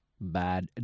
bad